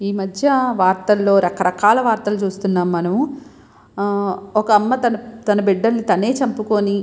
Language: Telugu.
ఈ మధ్య వార్తల్లో రకరకాల వార్తలు చూస్తున్నాము మనము ఒక అమ్మ తన బిడ్డను తనే చంపుకొని